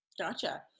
Gotcha